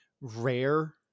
rare